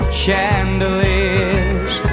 chandeliers